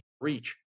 reach